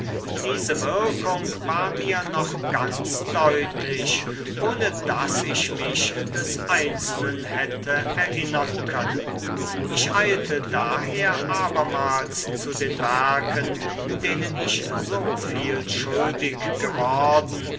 diese wirkung war mir noch ganz deutlich ohne daß ich mich des einzelnen hätte erinnern können ich eilte daher abermals zu den werken denen ich so viel schuldig geworden